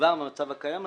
גם המצב הקיים,